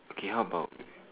okay how about